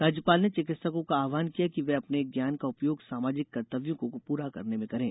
राज्यपाल ने चिकित्सकों का आव्हान किया कि वे अपने ज्ञान का उपयोग सामाजिक कर्तव्यों को पूरा करने में करें